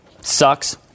sucks